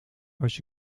als